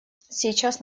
сейчас